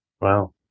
Wow